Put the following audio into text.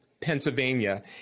Pennsylvania